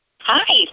hi